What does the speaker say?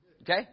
Okay